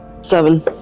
Seven